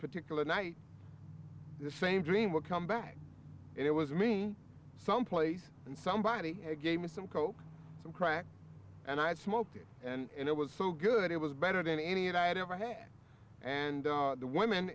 particular night the same dream would come back it was me some place and somebody gave me some coke some crack and i'd smoked it and it was so good it was better than any and i had ever had and the women